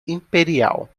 imperial